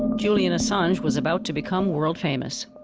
julian assange was about to become world-famous.